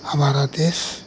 हमारा देश